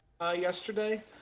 yesterday